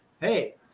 hey